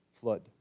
flood